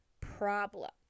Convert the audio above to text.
problem